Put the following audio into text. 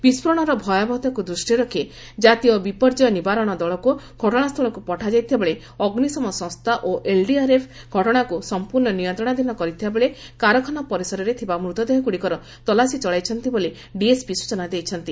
ବିସ୍କୋରଣର ଭୟାବହତାକୁ ଦୃଷ୍ଟିରେ ରଖି ଜାତୀୟ ବିପର୍ଯ୍ୟୟ ନିବାରଣ ଦଳକୁ ଘଟଣାସ୍ଥଳକୁ ପଠାଯାଇଥିବାବେଳେ ଅଗ୍ନିଶମ ସଂସ୍ଥା ଓ ଏଲ୍ଡିଆର୍ଏଫ୍ ଘଟଣାକୁ ସମ୍ପର୍ଣ୍ଣ ନିୟନ୍ତ୍ରଣାଧୀନ କରିଥିବାବେଳେ କାରଖାନା ପରିସରରେ ଥିବା ମୃତଦେହଗୁଡ଼ିକର ତଲାସୀ ଚଳାଇଛନ୍ତି ବୋଲି ଡିଏସ୍ପି ସୂଚନା ଦେଇଛନ୍ତି